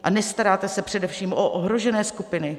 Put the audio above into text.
A nestaráte se především o ohrožené skupiny.